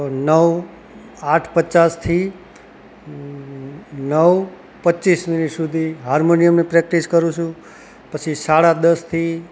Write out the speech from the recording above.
નવ આઠ પચાસથી નવ પચીસ મિનિટ સુધી હાર્મોનિયમની પ્રેક્ટિસ કરું છું પછી સાડા દસથી